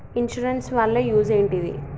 Insurance వాళ్ల use ఏంటిది?